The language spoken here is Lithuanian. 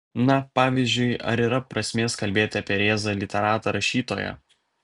na pavyzdžiui ar yra prasmės kalbėti apie rėzą literatą rašytoją